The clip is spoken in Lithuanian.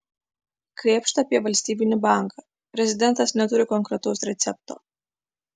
krėpšta apie valstybinį banką prezidentas neturi konkretaus recepto